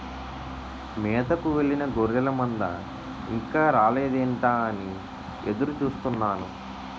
మేతకు వెళ్ళిన గొర్రెల మంద ఇంకా రాలేదేంటా అని ఎదురు చూస్తున్నాను